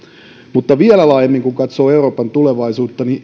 mutta vielä laajemmin kun katsoo euroopan tulevaisuutta